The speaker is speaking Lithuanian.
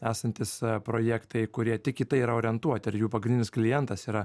esantys projektai kurie tik į tai yra orientuoti ir jų pagrindinis klientas yra